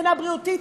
מבחינה בריאותית,